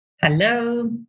Hello